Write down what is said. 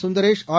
Sundaresh R